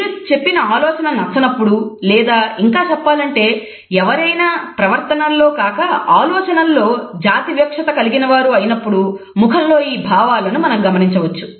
మీరు చెప్పిన ఆలోచన నచ్చనప్పుడు లేదా ఇంకా చెప్పాలంటే ఎవరైనా ప్రవర్తనలో కాక ఆలోచనల్లో జాతి వివక్షత కలిగినవారు అయినప్పుడు ముఖంలో ఈ భావాలను మనం గమనించవచ్చు